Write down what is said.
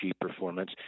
performance